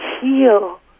heal